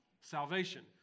salvation